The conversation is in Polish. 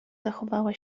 zachowała